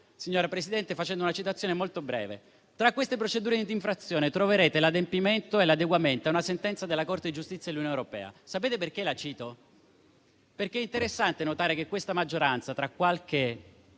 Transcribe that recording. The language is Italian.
signora Presidente, facendo una citazione molto breve. Tra queste procedure di infrazione troverete l'adeguamento a una sentenza della Corte di giustizia dell'Unione europea. La cito perché è interessante notare che questa maggioranza, tra qualche